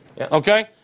Okay